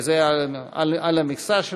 אבל לא הספיקה.